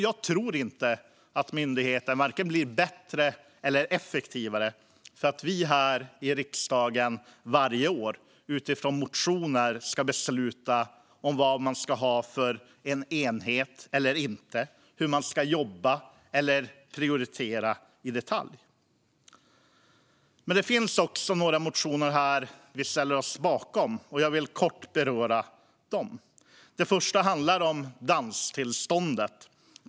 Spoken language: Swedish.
Jag tror inte myndigheten blir bättre eller effektivare för att vi här i riksdagen varje år utifrån motioner ska fatta beslut om vilka enheter man ska ha eller hur man ska jobba eller prioritera i detalj. Det finns också några motioner som vi ställer oss bakom. Jag vill kort beröra dem. Den första handlar om danstillstånd.